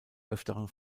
öfteren